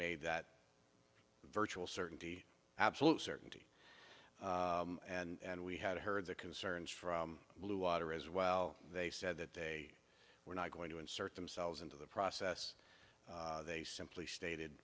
made that virtual certainty absolute certainty and we had heard the concerns from blue water as well they said that they were not going to insert themselves into the process they simply stated